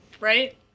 right